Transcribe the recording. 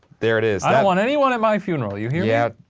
there it is. i don't want anyone at my funeral, you hear yeah